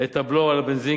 את הבלו על בנזין,